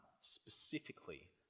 specifically